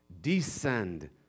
descend